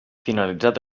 finalitzat